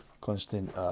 constant